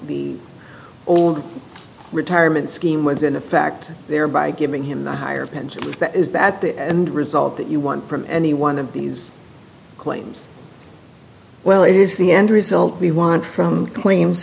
the old retirement scheme was in effect thereby giving him the higher pension that is that the end result that you one from any one of these claims well it is the end result we want from claims